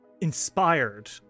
inspired